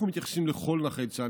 אנחנו מתייחסים לכל נכי צה"ל.